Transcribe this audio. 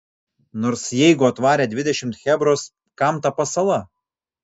nors jeigu atvarė dvidešimt chebros kam ta pasala